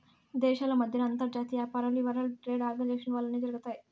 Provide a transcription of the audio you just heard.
దేశాల మద్దెన అంతర్జాతీయ యాపారాలు ఈ వరల్డ్ ట్రేడ్ ఆర్గనైజేషన్ వల్లనే జరగతాయి